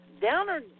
Downer